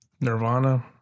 Nirvana